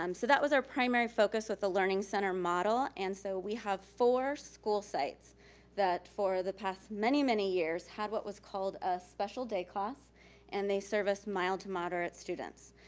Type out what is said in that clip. um so that was our primary focus with the learning center model and so we have four school sites that for the past many, many years had what was called a special day class and they service mild to moderate students.